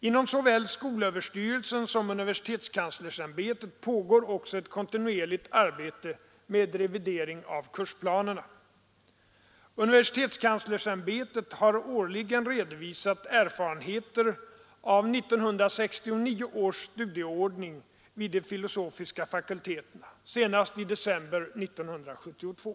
Inom såväl skolöverstyrelsen som universitetskanslersämbetet pågår också ett kontinuerligt arbete med revidering av kursplanerna. Universitetskanslersäm betet har årligen redovisat erfarenheter av 1969 års studieordning vid de filosofiska fakulteterna, senast i december 1972.